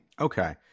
Okay